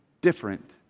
different